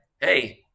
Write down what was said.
hey